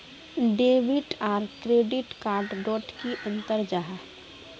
Debit आर credit card डोट की अंतर जाहा?